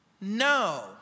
no